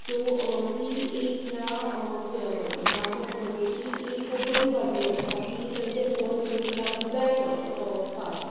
so ती एक ह्या कंपनीची एक बरी बाजू आसा की तांचे फोन हीटअप जायना फास्ट